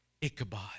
Ichabod